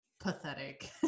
pathetic